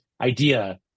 idea